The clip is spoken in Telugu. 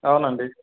అవునండి